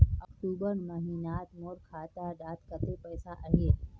अक्टूबर महीनात मोर खाता डात कत्ते पैसा अहिये?